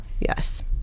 yes